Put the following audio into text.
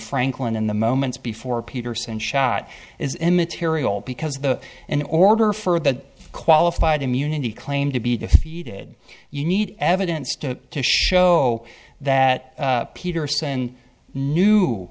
franklin in the moments before peterson shot is immaterial because the in order for the qualified immunity claim to be defeated you need evidence to show that peterson knew